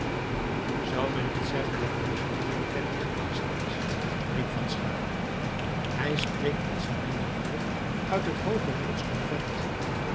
zou men niet zeggen dat onze jurrie klerk geweest is riep van schaeck hij spreekt als een minnebroeder uit het